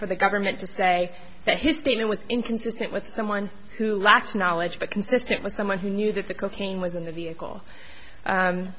for the government to say that his statement was inconsistent with someone who lacks knowledge but consistent with someone who knew that the cocaine was in the vehicle